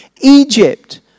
Egypt